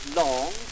long